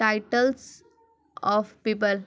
titles of people